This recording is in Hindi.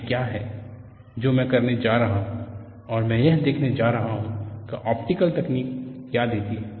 यह क्या है जो मैं करने जा रहा हूं और मैं यह देखने जा रहा हूं कि ऑप्टिकल तकनीक क्या देती है